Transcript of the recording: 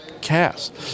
cast